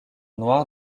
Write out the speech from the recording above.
noire